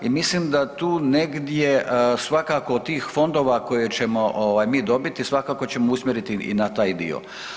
I mislim da tu negdje svakako od tih fondova koje ćemo ovaj mi dobiti svakako ćemo usmjeriti i na taj dio.